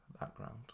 background